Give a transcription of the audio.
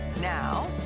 Now